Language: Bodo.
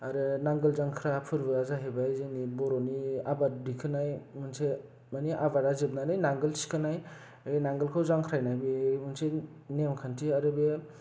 आरो नांगोल जांख्रा फोरबोआ जाहैबाय जोंनि बर'नि आबाद दिखोनाय मोनसे माने आबादा जोबनानै नांगोल थिखोनाय बे नांगोलखौ जांख्रायनाय बे मोनसे नेम खान्थि आरो बेयो